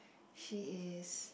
she is